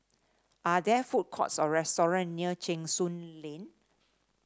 are there food courts or restaurant near Cheng Soon Lane